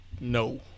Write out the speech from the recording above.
no